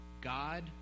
God